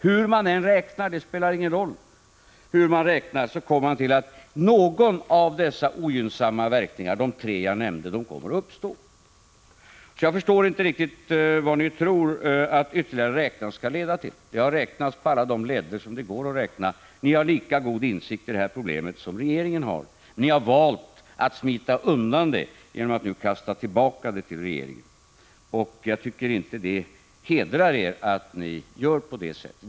Hur man än räknade, kom man fram till att någon av de tre ogynnsamma verkningar som jag tidigare nämnde kommer att uppstå. Jag förstår inte riktigt vad ni tror att ytterligare räknande skall leda till. Det har räknats på alla ledder som det går att räkna. Ni har lika god insikt i detta problem som regeringen. Ni har dock valt att smita undan problemet, genom att nu kasta tillbaka det till regeringen. Jag tycker inte att det hedrar er att ni gör på det sättet.